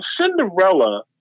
Cinderella